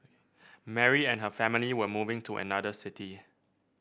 Mary and her family were moving to another city